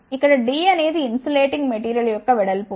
ఇక్కడ d అనేది insulating material యొక్క వెడల్పు